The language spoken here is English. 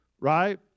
right